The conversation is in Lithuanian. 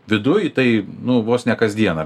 viduj tai nu vos ne kas dieną